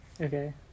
okay